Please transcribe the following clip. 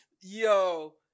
Yo